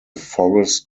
forrest